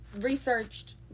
researched